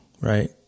right